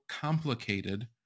complicated